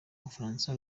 umufaransa